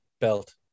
belt